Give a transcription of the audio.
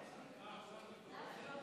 אנא.